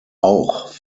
auch